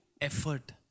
effort